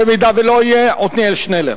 אם הוא לא יהיה, עתניאל שנלר.